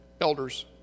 elders